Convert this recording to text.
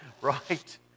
Right